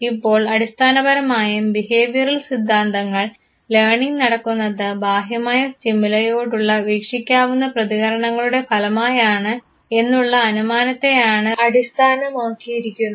ഇപ്പോൾ അടിസ്ഥാനപരമായും ബിഹേവിയറൽ സിദ്ധാന്തങ്ങൾ ലേണിങ് നടക്കുന്നത് ബാഹ്യമായ സ്റ്റിമുലൈയോടുള്ള വീക്ഷിക്കാവുന്ന പ്രതികരണങ്ങളുടെ ഫലമായാണ് എന്നുള്ള അനുമാനത്തെയാണ് അടിസ്ഥാനമാക്കിയിരിക്കുന്നത്